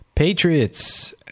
Patriots